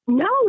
no